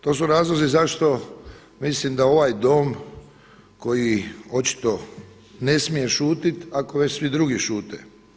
To su razlozi zašto mislim da ovaj Dom koji očito ne smije šutit, ako već svi drugi šute.